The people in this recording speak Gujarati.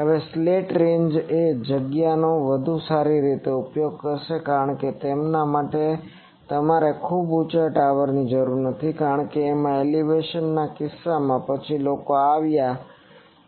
હવે સ્લેંટ રેન્જ્સ એ જગ્યાનો વધુ સારી રીતે ઉપયોગ કરશે કારણ કે તેમના માટે તમારે ખૂબ ઊંચા ટાવરની જરૂર નથી કારણ કે આમાં એલીવેશનના કિસ્સામાં પછી લોકો આવ્યા